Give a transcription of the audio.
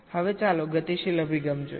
હવે ચાલો ગતિશીલ અભિગમ જોઈએ